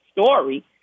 story